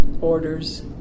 orders